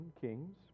kings